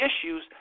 issues